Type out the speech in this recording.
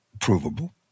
provable